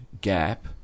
gap